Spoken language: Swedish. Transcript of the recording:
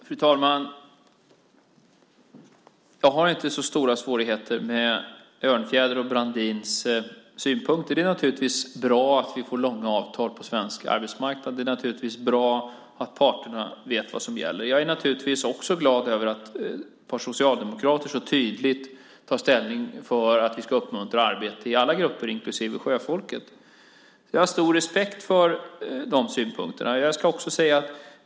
Fru talman! Jag har inte så stora svårigheter med Örnfjäders och Brandins synpunkter. Det är naturligtvis bra att vi får långa avtal på svensk arbetsmarknad. Det är naturligtvis bra att parterna vet vad som gäller. Jag är också glad över att ett par socialdemokrater så tydligt tar ställning för att vi ska uppmuntra arbete i alla grupper, inklusive sjöfolket. Jag har stor respekt för dessa synpunkter.